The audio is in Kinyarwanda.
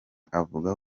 avuga